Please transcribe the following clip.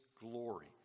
glory